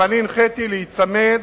אבל אני הנחיתי להיצמד